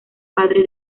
padre